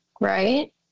right